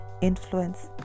influence